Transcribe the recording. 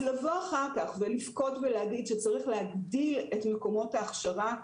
אז לבוא אחר כך ולבכות ולהגיד שצריך להגדיל את מקומות ההכשרה,